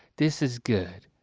this is good.